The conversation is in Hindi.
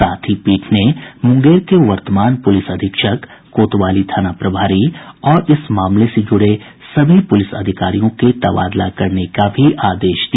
साथ ही पीठ ने मुंगेर के वर्तमान पुलिस अधीक्षक कोतवाली थाना प्रभारी और इस मामले से जुड़े सभी पुलिस अधिकारियों के तबादला करने का भी आदेश दिया